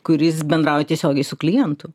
kuris bendrauja tiesiogiai su klientu